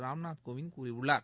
ராம்நாத் கோவிந்த் கூறியுள்ளார்